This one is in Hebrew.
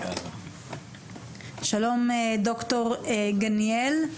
שלום ד"ר גניאל,